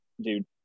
dude